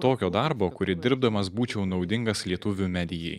tokio darbo kurį dirbdamas būčiau naudingas lietuvių medijai